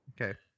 okay